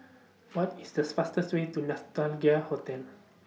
What IS This fastest Way to Hotel